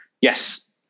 yes